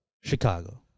Chicago